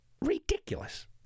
Ridiculous